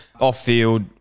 Off-field